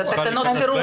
אז נקרא לזה תקנות חירום.